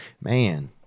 man